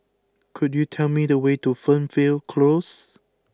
could you tell me the way to Fernvale Close